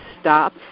Stop